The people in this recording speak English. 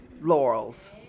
laurels